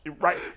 right